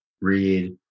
read